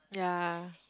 yeah